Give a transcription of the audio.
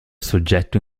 soggetto